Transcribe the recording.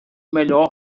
melhor